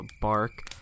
bark